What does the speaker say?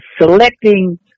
selecting